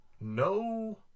no